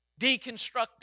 deconstructing